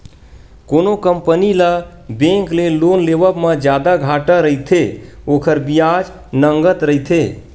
कोनो कंपनी ल बेंक ले लोन लेवब म जादा घाटा रहिथे, ओखर बियाज नँगत रहिथे